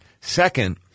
Second